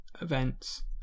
events